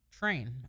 train